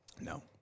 No